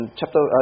chapter